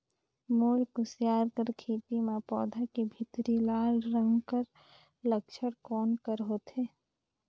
मोर कुसियार कर खेती म पौधा के भीतरी लाल रंग कर लक्षण कौन कर होथे?